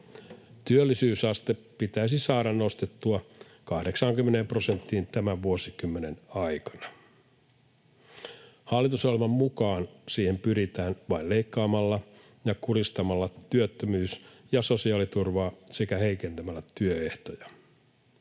Työllisyysaste pitäisi saada nostettua 80 prosenttiin tämän vuosikymmenen aikana. Hallitusohjelman mukaan siihen pyritään vain leikkaamalla ja kuristamalla työttömyys- ja sosiaaliturvaa sekä heikentämällä työehtoja.